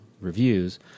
reviews